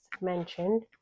mentioned